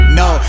no